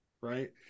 right